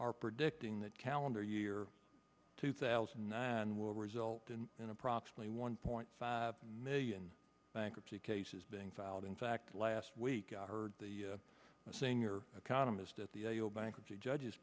are predicting that calendar year two thousand and nine will result in in approximately one point five million bankruptcy cases being filed in fact last week i heard the singer economist at the annual bankruptcy judges